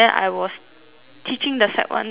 teaching the sec ones